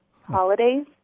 holidays